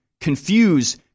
confuse